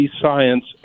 science